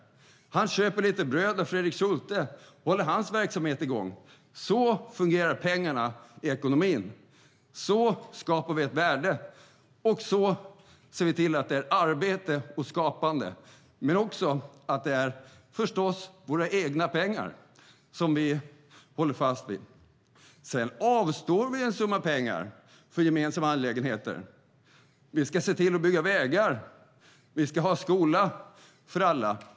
Han köper lite bröd av Fredrik Schulte och håller hans verksamhet i gång. Så fungerar pengarna i ekonomin. Så skapar vi ett värde. Så ser vi till att det är arbete som skapar våra egna pengar som vi håller fast vid. Sedan avstår vi en summa pengar för gemensamma angelägenheter. Vi ska se till att bygga vägar. Vi ska ha skola för alla.